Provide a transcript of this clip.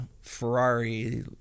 Ferrari